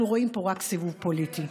אנחנו רואים פה רק סיבוב פוליטי.